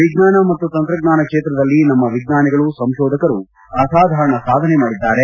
ವಿಜ್ಞಾನ ಮತ್ತು ತಂತ್ರಜ್ಞಾನ ಕ್ಷೇತ್ರದಲ್ಲಿ ನಮ್ಮ ವಿಜ್ಞಾನಿಗಳು ಸಂಶೋಧಕರು ಅಸಾಧಾರಣ ಸಾಧನೆ ಮಾಡಿದ್ದಾರೆ